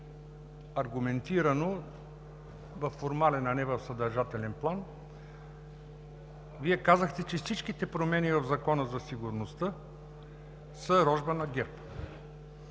аргументирано във формален, а не в съдържателен план Вие посочихте, че всичките промени в Закона за сигурността са рожба на ГЕРБ.